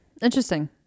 Interesting